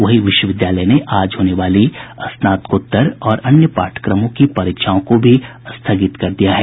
वहीं विश्वविद्यालय ने आज होने वाली स्नाताकोत्तर और अन्य पाठ्यक्रमों की परीक्षाओं को भी स्थगित कर दिया है